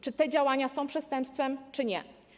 Czy te działania są przestępstwem czy nie?